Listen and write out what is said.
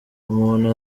umuntu